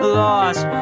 lost